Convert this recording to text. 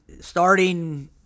starting